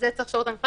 לזה צריך שירות המבחן